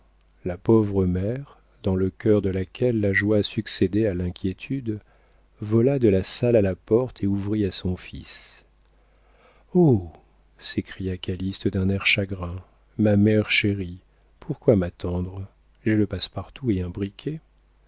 la pauvre mère dans le cœur de laquelle la joie succédait à l'inquiétude vola de la salle à la porte et ouvrit à son fils oh s'écria calyste d'un air chagrin ma mère chérie pourquoi m'attendre j'ai le passe-partout et un briquet